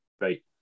Right